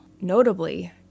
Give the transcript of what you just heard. Notably